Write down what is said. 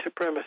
supremacist